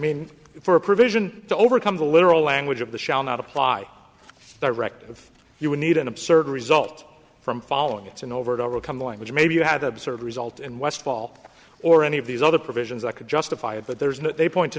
mean for a provision to overcome the literal language of the shall not apply directive you would need an absurd result from following it's an overt overcome language maybe you have observed result in westfall or any of these other provisions that could justify it but there's not a point to